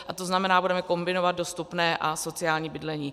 A to znamená, budeme kombinovat dostupné a sociální bydlení.